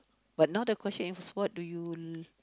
but now the question is what do you